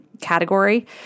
category